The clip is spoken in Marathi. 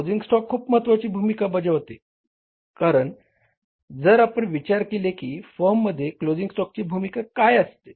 क्लोजिंग स्टॉक खूप महत्वाची भूमिका बजावते कारण जर आपण विचार केले की फर्ममध्ये क्लोजिंग स्टॉकची भूमिका काय असते